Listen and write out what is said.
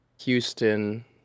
Houston